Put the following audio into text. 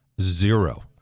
Zero